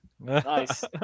Nice